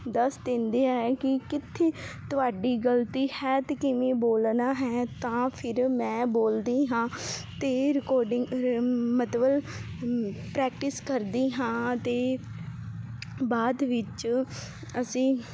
ਦੱਸ ਦਿੰਦੇ ਹੈ ਕਿ ਕਿੱਥੇ ਤੁਹਾਡੀ ਗਲਤੀ ਹੈ ਅਤੇ ਕਿਵੇਂ ਬੋਲਣਾ ਹੈ ਤਾਂ ਫਿਰ ਮੈਂ ਬੋਲਦੀ ਹਾਂ ਅਤੇ ਰਿਕੋਰਡਿੰਗ ਮਤਲਬ ਪ੍ਰੈਕਟਿਸ ਕਰਦੀ ਹਾਂ ਅਤੇ ਬਾਅਦ ਵਿੱਚ ਅਸੀਂ